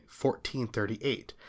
1438